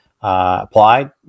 Applied